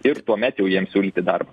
ir tuomet jau jiem siūlyti darbą